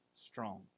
strong